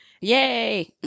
Yay